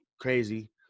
crazy